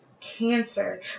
cancer